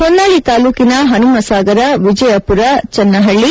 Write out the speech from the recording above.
ಹೊನ್ನಾಳಿ ತಾಲ್ಲೂಕಿನ ಹನುಮಸಾಗರ ವಿಜಯಪುರ ಚೆನ್ನಹಳ್ಳಿ